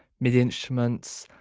midi instruments,